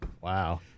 Wow